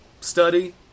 study